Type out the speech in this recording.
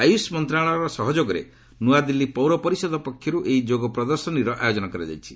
ଆୟୁଷ ମନ୍ତ୍ରଣାଳୟର ସହଯୋଗରେ ନୂଆଦିଲ୍ଲୀ ପୌର ପରିଷଦ ପକ୍ଷରୁ ଏହି ଯୋଗ ପ୍ରଦର୍ଶନୀର ଆୟୋଜନ କରାଯାଇଛି